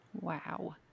Wow